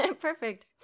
perfect